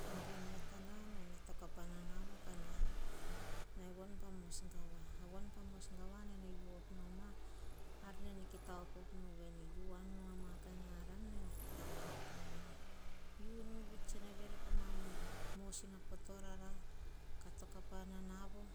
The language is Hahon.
Poh bon vatana ne toka pa nanavo kanai, nai von pa mos gavua. Von pa mos gavua nane u-op noma, ar nene kita opop nu u an nu ama aran ne kita anan nu vene. Unu tsene vere pama mosina po torara kah toka pa nana vo o